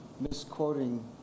Misquoting